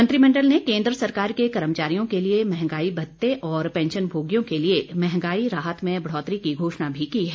मंत्रिमंडल ने केन्द्र सरकार के कर्मचारियों के लिए मंहगाई भत्ते और पेंशनभोगियों के लिए मंहगाई राहत में बढ़ोतरी की घोषणा की है